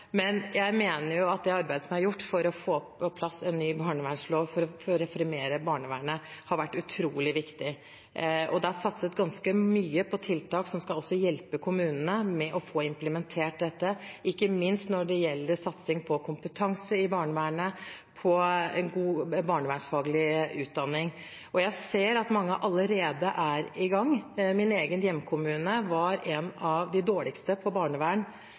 men jeg mener det arbeidet som er gjort for å få på plass en ny barnevernslov for å reformere barnevernet, har vært utrolig viktig. Det er satset ganske mye på tiltak som skal hjelpe kommunene med å implementere dette, ikke minst når det gjelder satsing på kompetanse i barnevernet, på en god barnevernsfaglig utdanning. Jeg ser at mange allerede er i gang. Min egen hjemkommune var en av de dårligste på barnevern